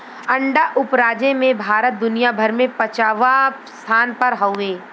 अंडा उपराजे में भारत दुनिया भर में पचवां स्थान पर हउवे